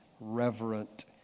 reverent